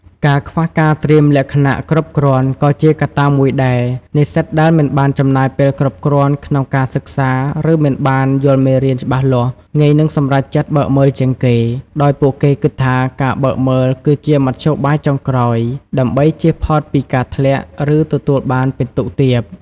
ការខ្វះការត្រៀមលក្ខណៈគ្រប់គ្រាន់ ក៏ជាកត្តាមួយដែរ និស្សិតដែលមិនបានចំណាយពេលគ្រប់គ្រាន់ក្នុងការសិក្សា ឬមិនបានយល់មេរៀនច្បាស់លាស់ ងាយនឹងសម្រេចចិត្តបើកមើលជាងគេ ដោយពួកគេគិតថាការបើកមើលគឺជាមធ្យោបាយចុងក្រោយដើម្បីជៀសផុតពីការធ្លាក់ ឬទទួលបានពិន្ទុទាប។